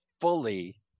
fully